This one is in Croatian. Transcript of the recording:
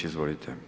Izvolite.